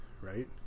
right